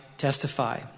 Testify